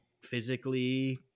physically